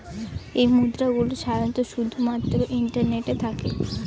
এই মুদ্রা গুলো সাধারনত শুধু মাত্র ইন্টারনেটে থাকে